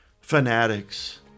fanatics